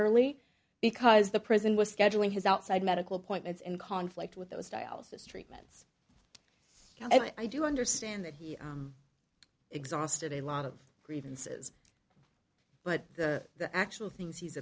early because the prison was scheduling his outside medical appointments in conflict with those dialysis treatments i do understand that he exhausted a lot of grievances but the actual things he's